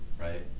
right